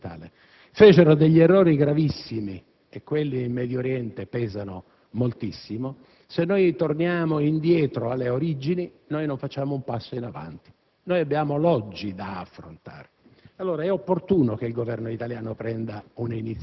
i vincitori, ma non soltanto i vincitori del mondo occidentale, fecero degli errori gravissimi e quelli in Medio Oriente pesano moltissimo) e torniamo indietro alle origini, non facciamo un passo in avanti; noi abbiamo l'oggi da affrontare.